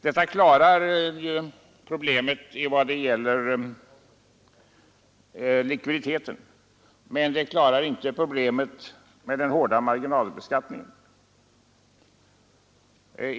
Detta löser ju problemet i vad gäller likviditeten, men det löser inte problemet med den hårda marginalbeskattningen.